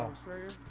um serious